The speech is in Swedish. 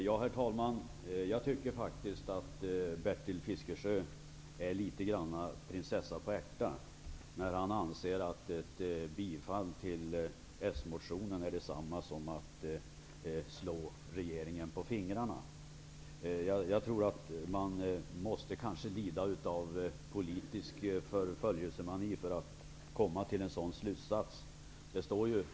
Herr talman! Jag tycker Bertil Fiskesjö reagerar litet som prinsessan på ärten när han anser att ett bifall till den socialdemokratiska motionen är detsamma som att slå regeringen på fingrarna. Man måste nästan lida av politisk förföljesemani för att komma till en sådan slutsats.